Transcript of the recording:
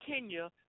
Kenya